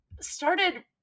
started